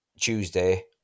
Tuesday